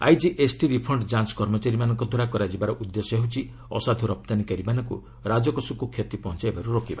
IGST refund ଯାଞ୍ଚ କର୍ମଚାରୀମାନଙ୍କ ଦ୍ୱାରା କରାଯିବାର ଉଦ୍ଦେଶ୍ୟ ହେଉଛି ଅସାଧୁ ରପ୍ତାନୀକାରୀମାନଙ୍କୁ ରାଜକୋଷକୁ କ୍ଷତି ପହଞ୍ଚାଇବାରୁ ରୋକିବା